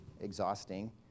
exhausting